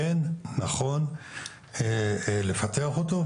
כן נכון לפתח אותו,